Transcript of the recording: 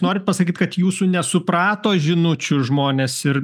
norit pasakyt kad jūsų nesuprato žinučių žmonės ir